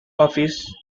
office